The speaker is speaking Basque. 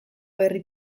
herri